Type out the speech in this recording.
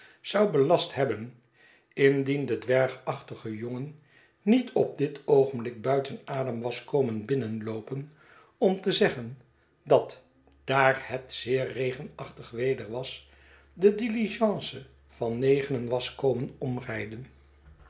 zou belast hebben indien de dwergachtige jongen niet op dit oogenblik buiten adem was komen binnenloopen om te zeggen dat daar het zeer regenachtig weder was de diligence van negenen was komen omrijden